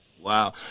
Wow